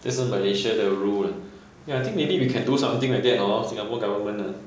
这是 malaysia 的 rule lah ya I think maybe we can do something like that hor singapore government hor